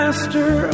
Master